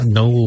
no